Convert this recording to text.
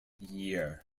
year